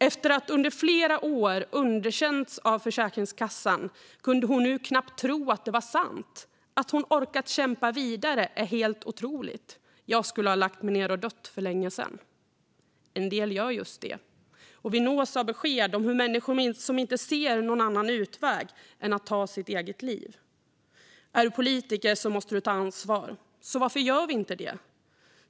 Efter att under flera år ha underkänts av Försäkringskassan kunde hon nu knappt tro att det var sant. Att hon orkat kämpa vidare är helt otroligt. Jag skulle ha lagt mig ned och dött för länge sedan. En del gör just det. Vi nås av besked om människor som inte ser någon annan utväg än att ta sitt eget liv. Är du politiker måste du ta ansvar. Så varför gör vi inte det?